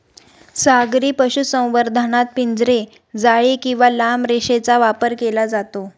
सागरी पशुसंवर्धनात पिंजरे, जाळी किंवा लांब रेषेचा वापर केला जातो